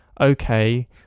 okay